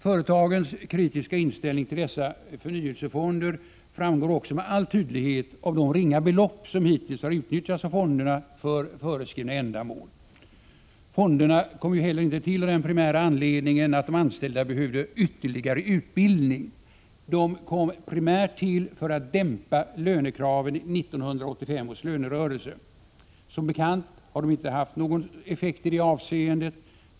Företagens kritiska inställning till dessa förnyelsefonder framgår också med all tydlighet av de ringa belopp som hittills har utnyttjats av fonderna för föreskrivna ändamål. Fonderna kom inte heller till av den primära anledningen att de anställda behövde ytterligare utbildning. De kom primärt till för att dämpa lönekraven i 1985 års lönerörelse. Som bekant har de inte haft någon effekt i det avseendet.